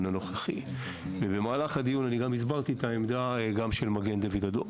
הנוכחי ובדיון גם הסברתי את העמדה של מד"א.